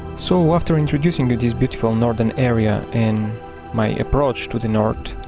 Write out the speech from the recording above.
so, after introducing you this beautiful northern area and my approach to the north,